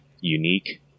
unique